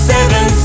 Seven